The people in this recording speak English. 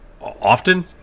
often